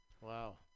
Wow